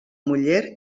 muller